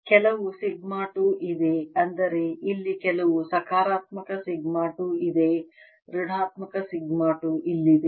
ಕೆಲವು ಸಿಗ್ಮಾ 2 ಇದೆ ಅಂದರೆ ಇಲ್ಲಿ ಕೆಲವು ಸಕಾರಾತ್ಮಕ ಸಿಗ್ಮಾ 2 ಇದೆ ಋಣಾತ್ಮಕ ಸಿಗ್ಮಾ 2 ಇಲ್ಲಿದೆ